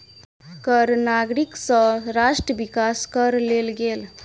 कर नागरिक सँ राष्ट्र विकास करअ लेल गेल